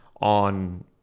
on